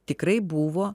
tikrai buvo